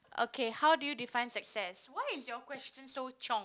okay how do you define success why is your question so chiong